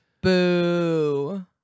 Boo